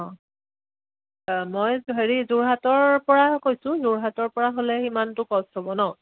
অঁ মই হেৰি যোৰহাটৰ পৰা কৈছোঁ যোৰহাটৰ পৰা হ'লে সিমানটো কষ্ট হ'ব ন